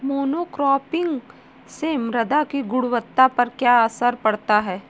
Monocropping से मृदा की गुणवत्ता पर क्या असर पड़ता है?